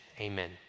amen